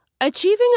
Achieving